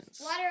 Water